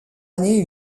année